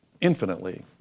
infinitely